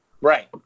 Right